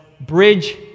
Bridge